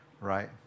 Right